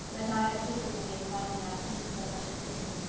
that i had difficulty in finding out even so much as this.